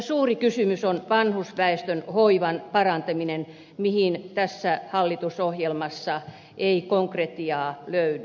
suuri kysymys on vanhusväestön hoivan parantaminen johon tässä hallitusohjelmassa ei konkretiaa löydy